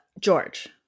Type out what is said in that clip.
george